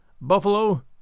buffalo